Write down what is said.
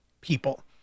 people